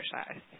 Exercise